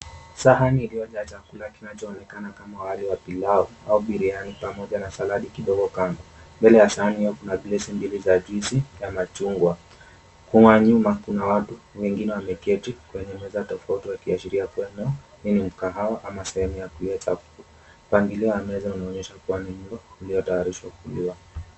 Sahani iliyojaa chakula kinachoonekana kama wali wa pilau au biriani pamoja na saladi kidogo kando. Mbele ya sahani hio kuna gilesi mbili za juisi ya machungwa. Kwa nyuma kuna watu wengine wameketi kwenye meza tofauti wakiashiria kuwa hii ni mkahawa ama sehemu ya kulia chakula. Mpangilio wa meza unaonyesha kuwa ni mlo uliotayarishwa kuliwa.